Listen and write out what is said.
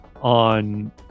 on